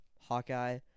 Hawkeye